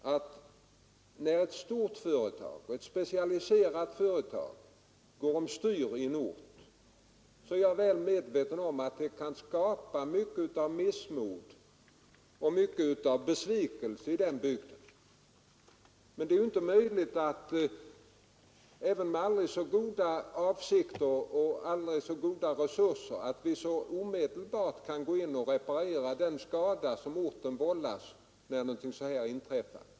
Jag är väl medveten om att när ett stort och specialiserat företag går över styr i en ort, så uppstår det missmod och besvikelse, men det är ju inte möjligt med aldrig så goda avsikter och aldrig så goda resurser att omedelbart reparera den skada som vållas en ort när någonting sådant inträffar.